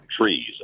trees